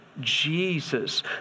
Jesus